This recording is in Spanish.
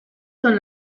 son